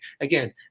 Again